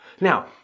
Now